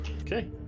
Okay